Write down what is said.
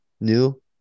new